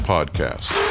Podcast